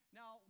now